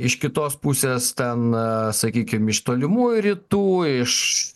iš kitos pusės ten sakykim iš tolimųjų rytų iš